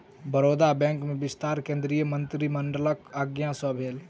Baroda bank में विस्तार केंद्रीय मंत्रिमंडलक आज्ञा सँ भेल